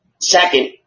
second